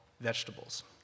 vegetables